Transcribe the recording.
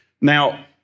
Now